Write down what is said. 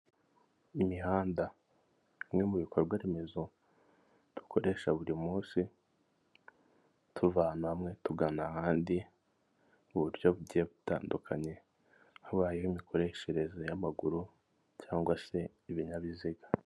Imihanda bimwe mu bikorwa remezo dukoresha buri munsi tuva ahantu hamwe tugana ahandi mu buryo bugiye butandukanye habayeho imikoreshereze y'amaguru cyangwa se ibinyabiziga.